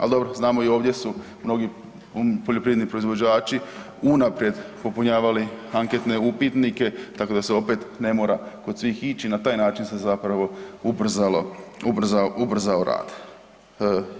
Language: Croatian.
Al dobro, znamo i ovdje su mnogi poljoprivredni proizvođači unaprijed popunjavali anketne upitnike, tako da se opet ne mora kod svih ići na taj način se zapravo ubrzalo, ubrzao, ubrzao rad.